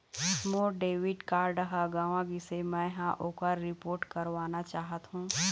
मोर debit card ह गंवा गिसे, मै ह ओकर रिपोर्ट करवाना चाहथों